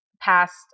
past